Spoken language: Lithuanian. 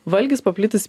valgis paplitęs